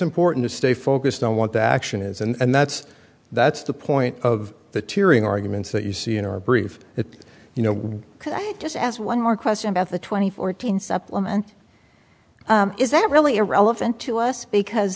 important to stay focused on what the action is and that's that's the point of the tearing arguments that you see in our brief that you know can i just ask one more question about the twenty fourteen supplement is that really irrelevant to us because